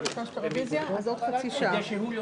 הם מתביישים, בחייך.